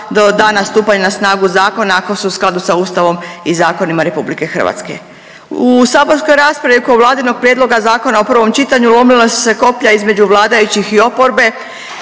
do dana stupanja na snagu zakona ako su u skladu sa Ustavom i zakonima RH. U saborskoj raspravi oko Vladinog prijedloga zakona u prvom čitanju lomila su se koplja između vladajućih i oporbe